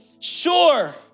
sure